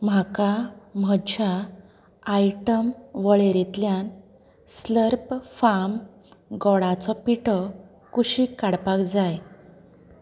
म्हाका म्हज्या आयटम वळेरेंतल्यान स्लर्प फार्म गोडाचो पिठो कुशीक काडपाक जाय